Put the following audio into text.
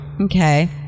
okay